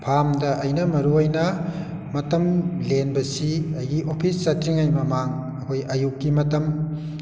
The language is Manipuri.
ꯐꯥꯝꯗ ꯑꯩꯅ ꯃꯔꯨꯑꯣꯏꯅ ꯃꯇꯝ ꯂꯦꯟꯕꯁꯤ ꯑꯩꯒꯤ ꯑꯣꯐꯤꯁ ꯆꯠꯇ꯭ꯔꯤꯉꯩ ꯃꯃꯥꯡ ꯑꯩꯈꯣꯏ ꯑꯌꯨꯛꯀꯤ ꯃꯇꯝ